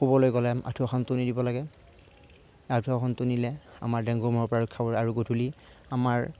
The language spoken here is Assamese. শুবলৈ গ'লে আঠুৱাখন টনি ল'ব লাগে আৰু আঠুৱাখন টনিলে আমাৰ ডেংগু মহৰপৰা ৰক্ষা পৰে আৰু গধূলি আমাৰ